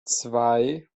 zwei